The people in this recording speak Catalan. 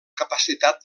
capacitat